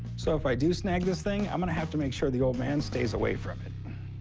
so if i do snag this, thing i'm going to have to make sure the old man stays away from it.